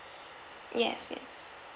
yes yes